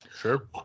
Sure